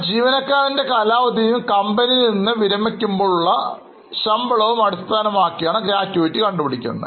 ആ ജീവനക്കാരന്റെ കാലാവധിയും കമ്പനിയിൽ നിന്ന് വിരമിക്കുമ്പോൾ ഉള്ള ശമ്പളവും അടിസ്ഥാനമാക്കിയാണ് ആണ് ഗ്രാറ്റിവിറ്റി നിർണയിക്കുന്നത്